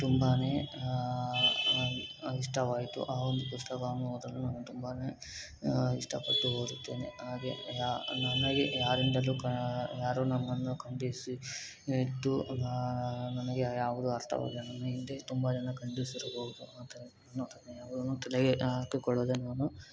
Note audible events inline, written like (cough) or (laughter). ತುಂಬ ಇಷ್ಟವಾಯಿತು ಆ ಒಂದು ಪುಸ್ತಕವನ್ನು ಓದಲು ನಾನು ತುಂಬ ಇಷ್ಟಪಟ್ಟು ಓದುತ್ತೇನೆ ಹಾಗೆ ಯಾ ನನಗೆ ಯಾರಿಂದಲೂ ಕ ಯಾರೂ ನನ್ನನ್ನು ಖಂಡಿಸಿ ಇದ್ದು ನನಗೆ ಯಾವುದೂ ಅರ್ಥವಾಗದೆ ನನ್ನ ಹಿಂದೆ ತುಂಬ ಜನ ಖಂಡಿಸಿರಬಹುದು (unintelligible) ಅದನ್ನು ತಲೆಗೆ ಹಾಕಿಕೊಳ್ಳದೆ ನಾನು